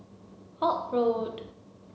Holt Road